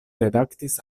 redaktis